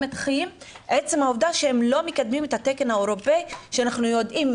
את החיים בעצם העובדה שהם לא מקדמים את התקן האירופאי שאנחנו יודעים,